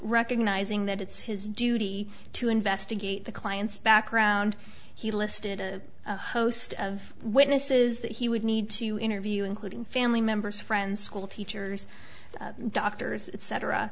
recognising that it's his duty to investigate the client's background he listed a host of witnesses that he would need to interview including family members friends school teachers doctors et